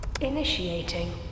Initiating